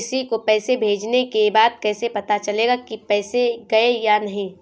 किसी को पैसे भेजने के बाद कैसे पता चलेगा कि पैसे गए या नहीं?